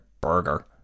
Burger